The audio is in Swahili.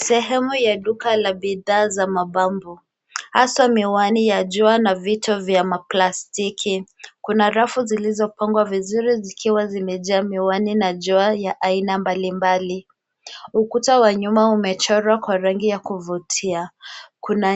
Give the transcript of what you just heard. Sehemu ya duka la bidhaa za mbao na bambu, pamoja na miwani ya jua na vito vya plastiki. Kuna rafu zilizopangwa vizuri, zikiwa zimejaa miwani ya jua ya aina mbalimbali. Ukuta wa nyuma umechorwa kwa rangi za kuvutia,